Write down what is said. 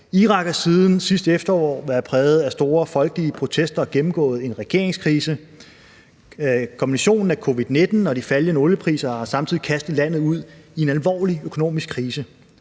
Irak har siden sidste efterår været præget af store folkelige protester og har gennemgået en regeringskrise, og kombinationen af covid-19 og de faldende oliepriser har samtidig kastet landet ud i en alvorlig økonomisk krise.